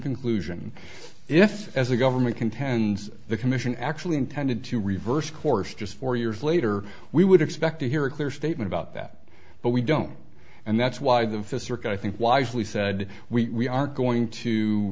conclusion if as the government contends the commission actually intended to reverse course just four years later we would expect to hear a clear statement about that but we don't and that's why the fist rick i think wisely said we are going to